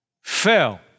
fell